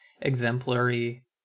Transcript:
exemplary